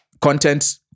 content